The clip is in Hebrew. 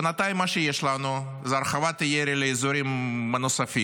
בינתיים מה שיש לנו זה הרחבת הירי לאזורים נוספים,